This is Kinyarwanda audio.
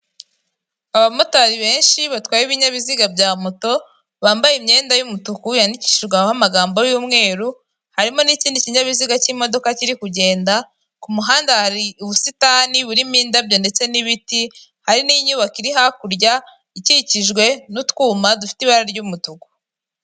Abamotari benshi batwaye ibinyabiziga bya moto, bambaye imyenda y'umutuku yandikishijweho amagambo y'umweru, harimo n'ikindi kinyabiziga cy'imodoka kiri kugenda, ku muhanda hari ubusitani burimo indabyo ndetse n'ibiti, hari n'inyubako iri hakurya ikikijwe n'utwuma dufite ibara ry'umutuku.